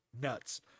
nuts